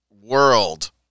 world